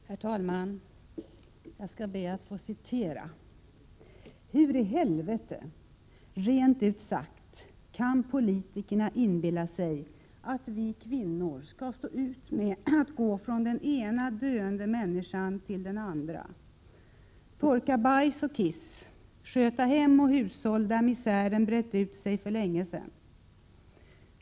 Herr talman! Jag skall be att få citera: ”Hur i helvete, rent ut sagt, kan politikerna inbilla sig att vi kvinnor ska stå ut med att gå från den ena döende människan till den andra, torka bajs och kiss, sköta hem och hushåll där misären brett ut sig för länge sen.